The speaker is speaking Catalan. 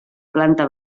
planta